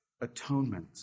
atonement